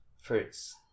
Fruits